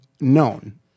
known